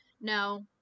No